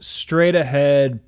straight-ahead